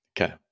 okay